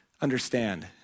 understand